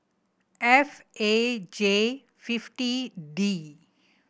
F A J fifty D